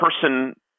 person